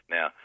Now